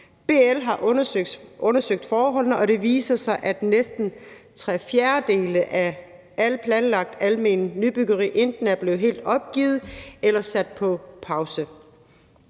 BL har undersøgt forholdene, og det viser sig, at næsten tre fjerdedele af alt planlagt alment nybyggeri enten er blevet helt opgivet eller sat på pause.